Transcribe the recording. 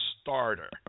starter